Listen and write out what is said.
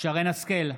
שרן מרים השכל,